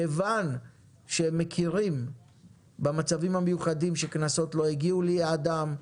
כיוון שהם מכירים במצבים המיוחדים שקנסות לא הגיעו ליעדם,